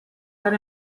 per